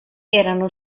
erano